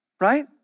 Right